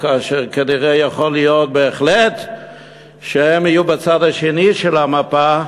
כאשר כנראה יכול להיות בהחלט שהם יהיו בצד השני של המפה,